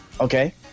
okay